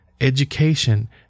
education